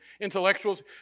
intellectuals